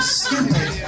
stupid